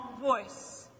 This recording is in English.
voice